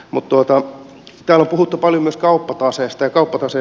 mut tuolta ja puhuttu paljon myös kauppataseestakauppatase